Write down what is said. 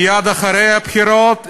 ומייד אחרי הבחירות התנצלת.